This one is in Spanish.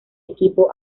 equipo